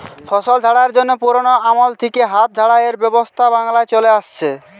ফসল ঝাড়াইয়ের জন্যে পুরোনো আমল থিকে হাত ঝাড়াইয়ের ব্যবস্থা বাংলায় চলে আসছে